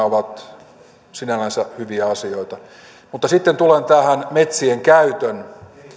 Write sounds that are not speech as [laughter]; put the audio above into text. [unintelligible] ovat sinällänsä hyviä asioita mutta sitten tulen tähän metsien käytön